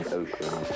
ocean